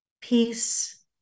peace